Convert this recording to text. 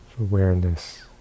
awareness